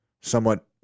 somewhat